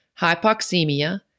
hypoxemia